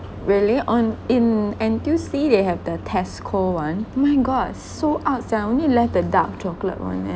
really on in N_T_U_C they have the Tesco [one] oh my god sold out sia only left the dark chocolate [one] eh